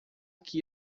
que